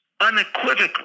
unequivocally